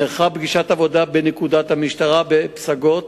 נערכה פגישת עבודה בנקודת המשטרה בפסגות,